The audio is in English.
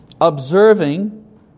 observing